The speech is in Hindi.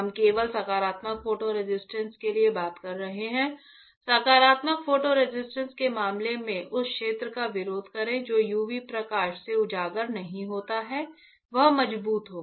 हम केवल सकारात्मक फोटो रेसिस्ट के लिए बात कर रहे हैं सकारात्मक फोटो रेसिस्ट के मामले में उस क्षेत्र का विरोध करें जो यूवी प्रकाश से उजागर नहीं होता है वह मजबूत होगा